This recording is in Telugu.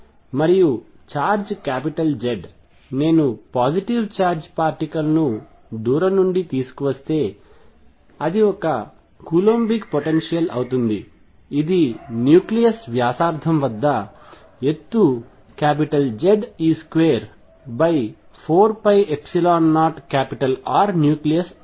మరియు ఛార్జ్ Z నేను పాజిటివ్ ఛార్జ్ పార్టికల్ ను దూరం నుండి తీసుకువస్తే అది ఒక కూలోంబిక్ పొటెన్షియల్ అవుతుంది ఇది న్యూక్లియస్ వ్యాసార్థం వద్ద ఎత్తుZe24π0Rnucleus అవుతుంది